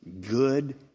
good